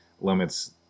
limits